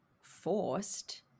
forced